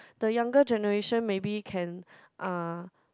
the younger generation maybe can uh